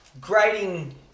Grading